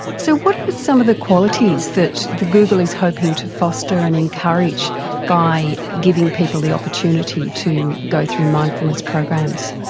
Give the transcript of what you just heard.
so what are some of the qualities that google is hoping to foster and encourage by giving people the opportunity to go through mindfulness programs?